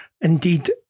indeed